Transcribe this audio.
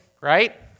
right